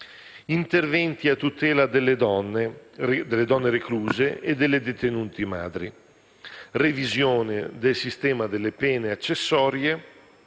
interventi a tutela delle donne recluse e delle detenute madri; di una revisione del sistema delle pene accessorie